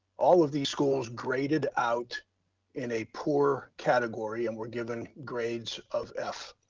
all of these schools graded out in a poor category and were given grades of f.